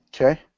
Okay